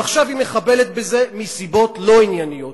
ועכשיו היא מחבלת בזה מסיבות לא ענייניות.